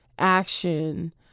action